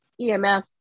emf